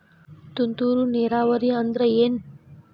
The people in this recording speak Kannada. ತುಂತುರು ನೇರಾವರಿ ಅಂದ್ರ ಏನ್?